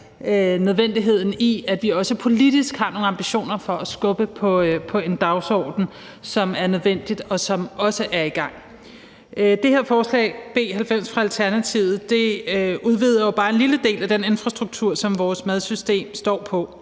nødvendigheden af, at vi også politisk har nogle ambitioner for at skubbe på en dagsorden, som er nødvendig, og som også er i gang. Det her forslag fra Alternativet, B 90, udvider jo bare en lille del af den infrastruktur, som vores madsystem står på,